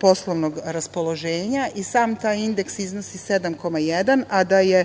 poslovnog raspoloženja i sam taj indeks iznosi 7,1, a da je